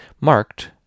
Marked